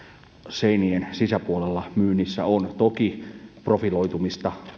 seinien sisäpuolella myynnissä on toki profiloitumista